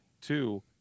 Two